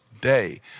day